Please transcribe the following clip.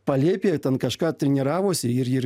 palėpėje ten kažką treniravosi ir ir